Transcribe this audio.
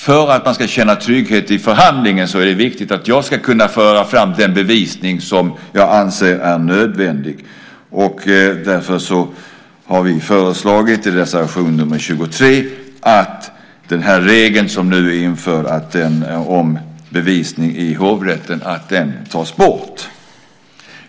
För att man ska känna trygghet i förhandlingen är det viktigt, menar jag, att jag kan föra fram den bevisning som jag anser är nödvändig. Därför har vi i reservation nr 23 föreslagit att den regel om bevisning i hovrätten som nu är införd tas bort.